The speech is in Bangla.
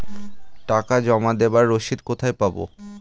টাকা জমা দেবার রসিদ কোথায় পাব?